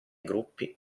gruppi